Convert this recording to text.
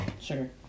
sugar